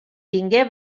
tingué